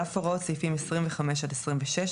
26ב. על אף הוראות סעיפים 25 עד 26,